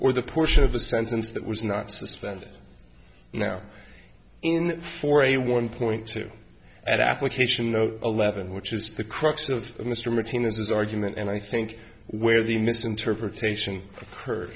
or the portion of the sentence that was not suspended now in for a one point two and application no eleven which is the crux of mr martinez argument and i think where the misinterpretation